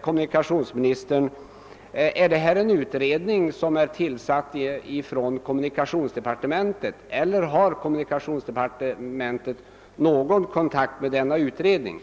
kommunikationsministern: Är detta en utredning som är tillsatt av kommunikationsdepartementet eller har kommunikationsdepartémentet någon kontakt med denna utredning?